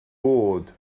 bod